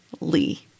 Lee